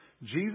Jesus